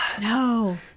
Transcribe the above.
no